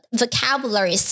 vocabulary